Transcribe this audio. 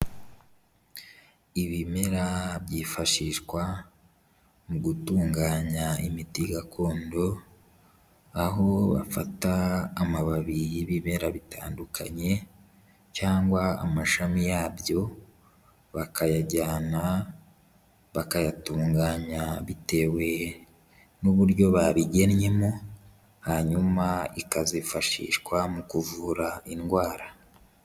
Ibimera byifashishwa mu gutunganya imiti gakondo aho bafata amababi y'ibimera bitandukanye cyangwa amashami yabyo, bakayajyana bakayatunganya bitewe n'uburyo babigennyemo, hanyuma ikazifashishwa mu kuvura indwara.